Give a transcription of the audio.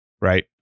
right